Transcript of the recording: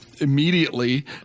immediately